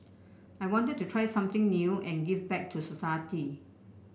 I wanted to try something new and give back to society